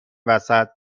وسط